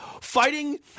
fighting